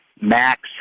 max